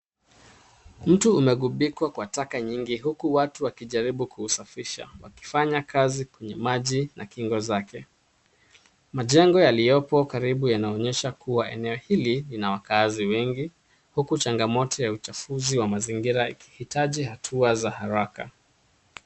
Mtu unakupikwa kwa taka nyingi huku watu wakijaribu kuusafisha wakifanya kazi kwenye maji na kingo zake majengo yaliopo karibu yanaonyesha kuwa eneo hili ina wakazi wengi, huku chakamoto ya uchafuzi ya mazingira ikiitaji hatua za haraka.